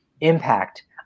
impact